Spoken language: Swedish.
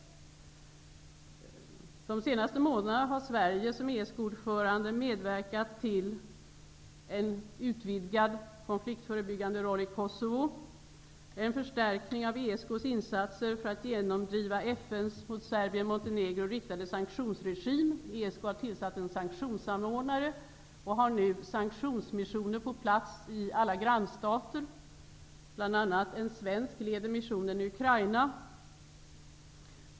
De senaste månaderna har Sverige som ESK ordförande medverkat till en utvidgad konfliktförebyggande roll i Kosovo och en förstärkning av ESK:s insatser för att genomdriva FN:s mot Serbien-Montenegro riktade sanktionsregim. ESK har tillsatt en sanktionssamordnare och har nu sanktionsmissioner på plats i alla grannstater -- bl.a. är det en svensk som leder missionen i Ukraina.